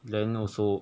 then also